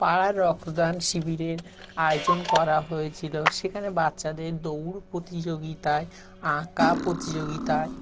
পাড়ার রক্তদান শিবিরের আয়োজন করা হয়েছিলো সেখানে বাচ্ছাদের দৌড় প্রতিযোগিতায় আঁকা প্রতিযোগিতায়